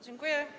Dziękuję.